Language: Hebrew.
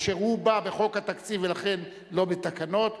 אשר הוא בא בחוק התקציב ולכן לא בתקנות,